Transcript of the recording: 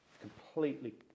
completely